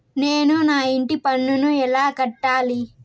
నేను నా ఇంటి పన్నును ఎలా కట్టాలి?